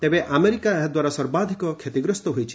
ତେବେ ଆମେରିକା ଏହା ଦ୍ୱାରା ସର୍ବାଧିକ କ୍ଷତିଗସ୍ତ ହୋଇଛି